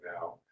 now